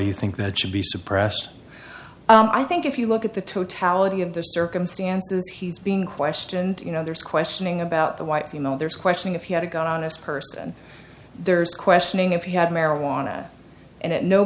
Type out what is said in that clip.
you think that should be suppressed i think if you look at the totality of the circumstances he's being questioned you know there's questioning about the wife you know there's questioning if he had a gun on this person there's questioning if he had marijuana and at no